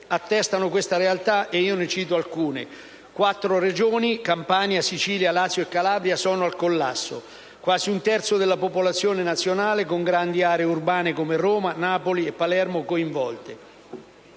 attestano questa realtà e io ne cito alcune. Quattro Regioni (Campania, Sicilia, Lazio e Calabria) sono al collasso; quasi un terzo della popolazione nazionale con grandi aree urbane come Roma, Napoli e Palermo sono coinvolte.